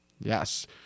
yes